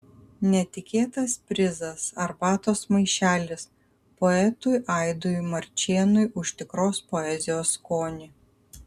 netikėtas prizas arbatos maišelis poetui aidui marčėnui už tikros poezijos skonį